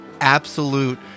absolute